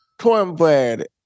Cornbread